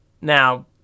Now